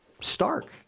stark